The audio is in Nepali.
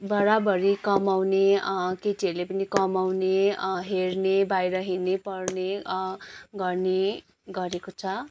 बराबरी कमाउने केटीहरूले पनि कमाउने हेर्ने बाहिर हिँड्ने पढ्ने गर्ने गरेको छ